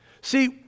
See